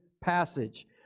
passage